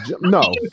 No